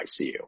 ICU